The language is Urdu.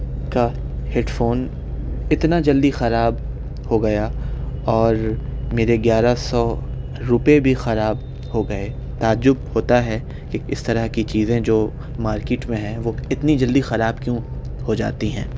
کا ہیڈ فون اتنا جلدی خراب ہوگیا اور میرے گیارہ سو روپے بھی خراب ہو گئے تعجب ہوتا ہے کہ اس طرح کی چیزیں جو مارکیٹ میں ہیں وہ اتنی جلدی خراب کیوں ہو جاتی ہیں